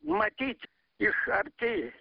matyt iš arti